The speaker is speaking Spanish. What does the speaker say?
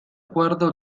cuerdo